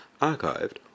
archived